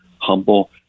humble